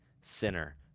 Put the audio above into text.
Sinner